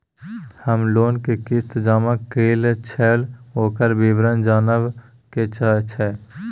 हम लोन के किस्त जमा कैलियै छलौं, ओकर विवरण जनबा के छै?